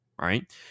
right